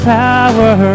power